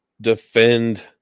defend